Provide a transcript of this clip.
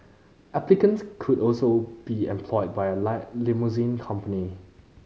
applicants could also be employed by a lie limousine company